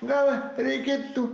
gal reikėtų